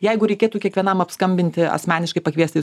jeigu reikėtų kiekvienam apskambinti asmeniškai pakviesti į